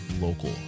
local